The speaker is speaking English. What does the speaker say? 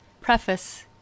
Preface